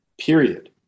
period